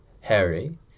Harry